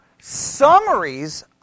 summaries